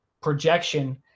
projection